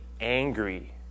angry